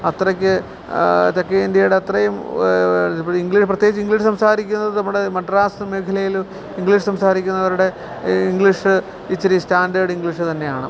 അത്രയ്ക്ക് തെക്കേ ഇന്ത്യയുടെ അത്രയും പ്രത്യേകിച്ച് ഇംഗ്ലീഷ് സംസാരിക്കുന്നത് നമ്മുടെ മദ്രാസ് മേഖലയില് ഇംഗ്ലീഷ് സംസാരിക്കുന്നവരുടെ ഇംഗ്ലീഷ് ഇത്തിരി സ്റ്റാന്ഡേർഡ് ഇംഗ്ലീഷ് തന്നെയാണ്